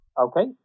Okay